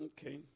Okay